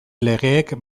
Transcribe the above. legeek